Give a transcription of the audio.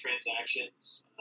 transactions